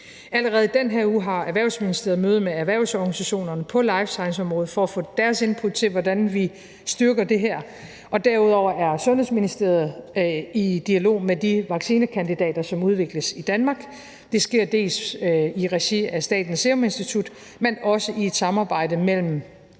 Allerede i den her uge har Erhvervsministeriet møde med erhvervsorganisationerne på life science-området for at få deres input til, hvordan vi styrker det her, og derudover er Sundhedsministeriet i dialog med de vaccinekandidater, som udvikles i Danmark. Det sker dels i regi af Statens Serum Institut, dels i et samarbejde mellem